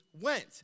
went